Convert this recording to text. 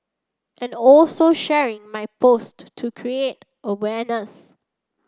and also sharing my post to create awareness